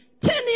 Ten